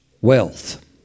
wealth